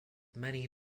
many